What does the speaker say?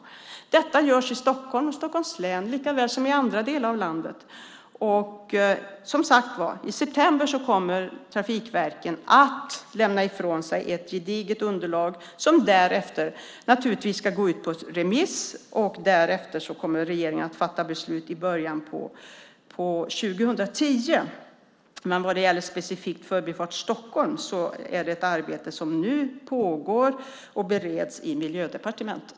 Detta görs i Stockholm likaväl som i andra delar av landet. I september kommer trafikverken att lämna ifrån sig ett gediget underlag som givetvis ska gå ut på remiss. Därefter kommer regeringen att fatta beslut i början av 2010. Vad gäller specifikt Förbifart Stockholm pågår arbetet och frågan bereds i Miljödepartementet.